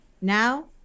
Now